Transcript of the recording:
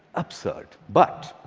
absurd. but